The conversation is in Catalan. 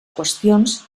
qüestions